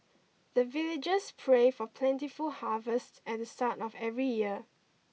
the villagers pray for plentiful harvest at the start of every year